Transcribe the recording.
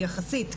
יחסית,